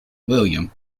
william